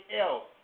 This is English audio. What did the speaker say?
else